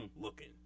looking